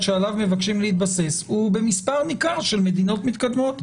שעליו מבקשים להתבסס הוא במספר ניכר של מדינות מתקדמות.